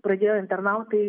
pradėjo internautai